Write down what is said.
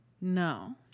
no